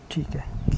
ठीक आहे